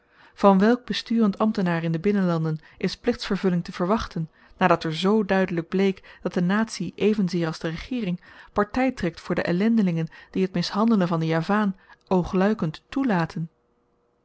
van welk besturend ambtenaar in de binnenlanden is plichtsvervulling te verwachten nadat er zoo duidelyk bleek dat de natie evenzeer als de regeering party trekt voor de ellendelingen die t mishandelen van den javaan oogluikend toelaten